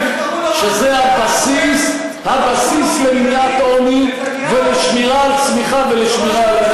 שזה הבסיס למניעת עוני ולשמירה על צמיחה ולשמירה על,